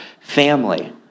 family